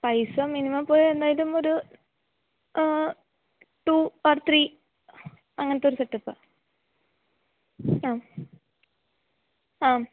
പൈസ മിനിമം പോയാൽ എന്തായാലും ഒരു ടു ഒർ ത്രീ അങ്ങനെത്തെയൊരു സെറ്റപ്പാ ആ ആ